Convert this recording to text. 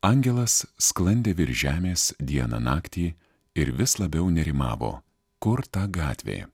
angelas sklandė virš žemės dieną naktį ir vis labiau nerimavo kur ta gatvė